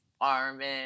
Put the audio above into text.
Armin